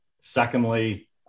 Secondly